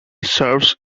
serves